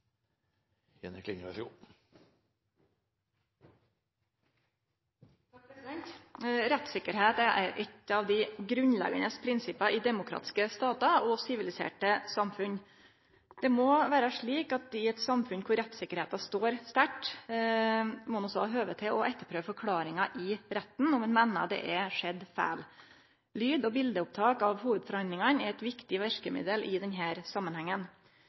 gjelde straffesaker, så får vi komme tilbake til hvordan dette skal gjennomføres i sivile saker. Rettssikkerheit er eit av dei grunnleggjande prinsippa i demokratiske statar og siviliserte samfunn. I eit samfunn der rettsikkerheita står sterkt, må ein òg ha høve til å etterprøve forklaringar i retten dersom ein meiner det har skjedd feil. Lyd- og biletopptak av hovudforhandlingane er eit viktig verkemiddel i denne samanhengen.